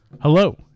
Hello